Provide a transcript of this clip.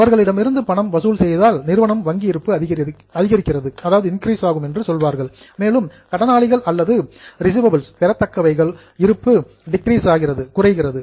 அவர்களிடமிருந்து பணம் வசூல் செய்தால் நிறுவனத்தின் வங்கி இருப்பு அதிகரிக்கிறது மேலும் கடனாளிகள் அல்லது ரிசிவபிள்ஸ் பெறத்தக்கவைகள் இருப்பு டிக்ரிஸ் குறைகிறது